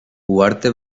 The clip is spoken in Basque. uharte